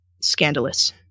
scandalous